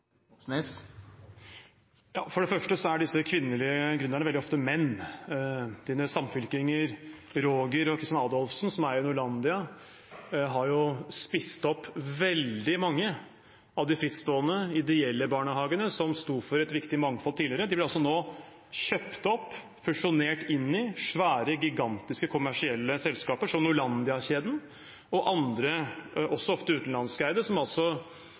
For det første: Disse kvinnelige gründerne er veldig ofte menn. Representantens samfylkinger Roger og Kristian Adolfsen, som eier Norlandia, har spist opp veldig mange av de frittstående, ideelle barnehagene som tidligere sto for et viktig mangfold. De blir nå kjøpt opp og fusjonert inn i svære, gigantiske kommersielle selskaper, som Norlandia-kjeden og andre, ofte utenlandskeide selskaper, som